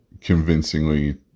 convincingly